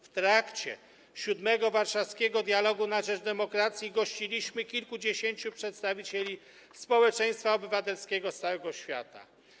W trakcie VII Warszawskiego Dialogu na rzecz Demokracji gościliśmy kilkudziesięciu przedstawicieli społeczeństwa obywatelskiego z całego świata.